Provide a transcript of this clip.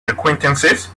acquaintances